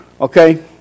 okay